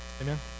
Amen